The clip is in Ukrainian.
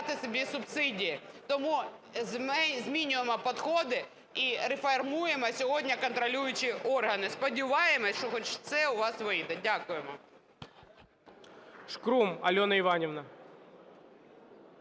собі субсидії. Тому змінюємо підходи і реформуємо сьогодні контролюючі органи. Сподіваємось, що хоч це у вас вийде. Дякуємо.